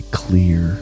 clear